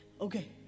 okay